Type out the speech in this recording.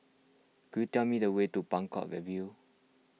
could you tell me the way to Buangkok review